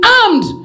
armed